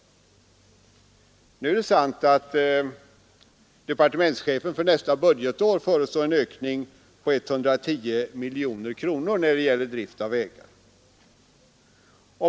Nu är det sant att departementschefen för nästa budgetår föreslår en ökning med 110 miljoner kronor för driften av vägar.